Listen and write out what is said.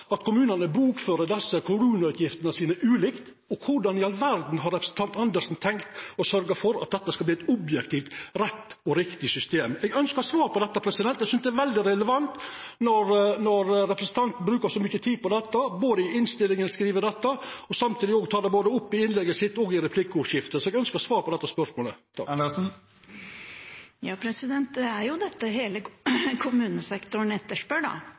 at kommunane bokfører desse koronautgiftene sine ulikt. Korleis i all verda har representanten Andersen tenkt å sørgja for at det vert eit objektivt rett og riktig system? Eg ønskjer svar på det. Eg synest det er veldig relevant når representanten brukar så mykje tid på det – skriv det i innstillinga og tek det opp både i innlegget sitt og i replikkordskiftet. Så eg ønskjer svar på dette spørsmålet. Det er jo dette hele kommunesektoren